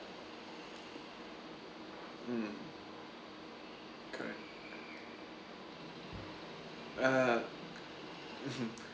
mm correct uh